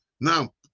now